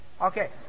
okay